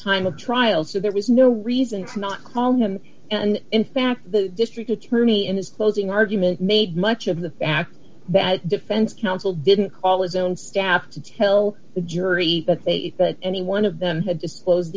time of trial so there was no reason to not call him and in fact the district attorney in his closing argument made much of the fact that defense counsel didn't call his own staff to tell the jury that any one of them had disclosed